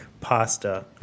pasta